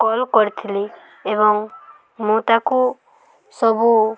call କରିଥିଲି ଏବଂ ମୁଁ ତା'କୁ ସବୁ